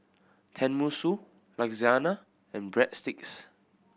Tenmusu Lasagna and Breadsticks